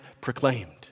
proclaimed